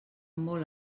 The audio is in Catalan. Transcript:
molt